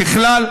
ככלל,